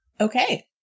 Okay